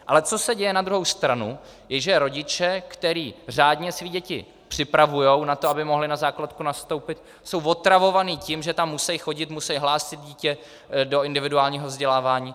Ale co se děje na druhou stranu, že rodiče, kteří řádně své děti připravují na to, aby mohly na základku nastoupit, jsou otravovaní tím, že tam musejí chodit, musejí hlásit dítě do individuálního vzdělávání.